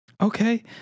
okay